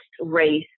race